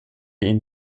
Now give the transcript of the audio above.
ihn